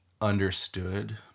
understood